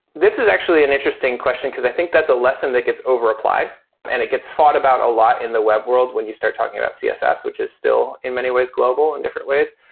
this is actually an interesting question, because i think that's a lesson that gets over-applied and it gets fought about a lot in the web world when you start talking about css, which is still in many ways global in different ways.